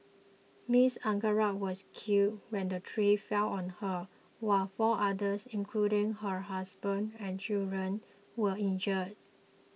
Miss Angara was killed when the tree fell on her while four others including her husband and children were injured